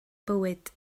bywyd